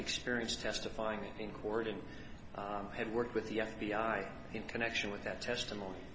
experience testifying in court and had worked with the f b i in connection with that testimony